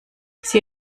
sie